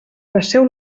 passeu